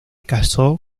casó